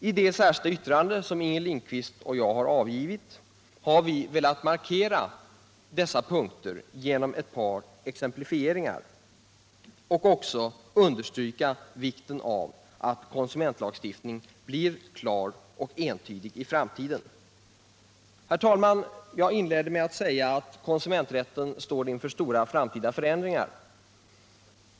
I det särskilda yttrande som Inger Lindquist och jag avgivit har vi velat markera vikten av att konsumentlagstiftningen i framtiden blir klar och entydig. Herr talman! Jag inledde med att säga att konsumenträtten står inför stora framtida förändringar.